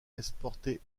esporte